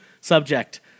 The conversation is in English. Subject